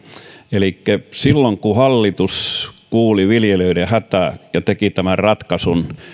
elikkä silloin kun hallitus kuuli viljelijöiden hätää ja teki tämän ratkaisun